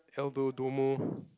Aldo Domo